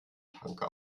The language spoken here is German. tanker